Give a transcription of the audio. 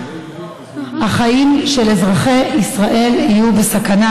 החיים של אזרחי ישראל יהיו בסכנה.